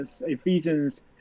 Ephesians